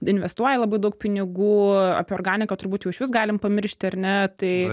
investuoja labai daug pinigų apie organiką turbūt jau išvis galim pamiršti ar ne tai